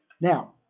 Now